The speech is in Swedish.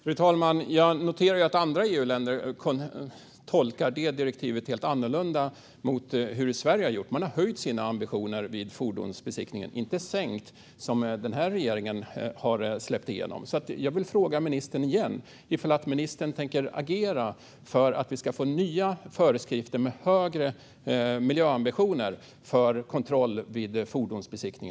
Fru talman! Jag noterar att andra EU-länder tolkar direktivet helt annorlunda än vad Sverige gjort. Man har höjt sina ambitioner för fordonsbesiktning, inte sänkt dem på det sätt som regeringen har släppt igenom. Jag vill fråga ministern igen ifall ministern tänker agera för att vi ska få nya föreskrifter med högre miljöambitioner för kontroll vid fordonsbesiktning.